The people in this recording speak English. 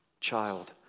child